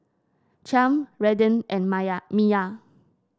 Chaim Redden and Maya Miya